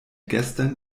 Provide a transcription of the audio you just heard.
gestern